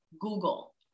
Google